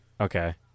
Okay